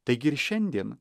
taigi ir šiandien